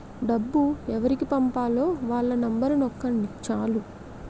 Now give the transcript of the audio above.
డబ్బు ఎవరికి పంపాలో వాళ్ళ నెంబరు నొక్కండి చాలు